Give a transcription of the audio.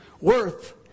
worth